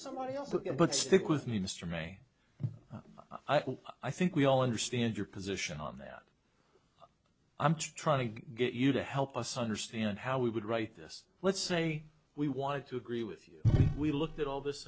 somebody else took it but stick with me mr may i can i think we all understand your position on that i'm trying to get you to help us understand how we would write this let's say we wanted to agree with you we looked at all this